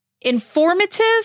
informative